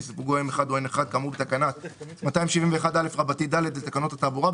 שסיווגו M1 או N1 כאמור בתקנה 271א(ד) לתקנות התעבורה,